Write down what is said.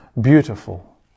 beautiful